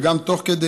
וגם תוך כדי